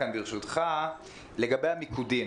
ברשותך: לגבי המיקודים